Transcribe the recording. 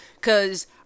Cause